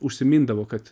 užsimindavo kad